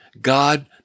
God